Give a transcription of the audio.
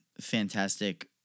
fantastic